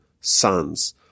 sons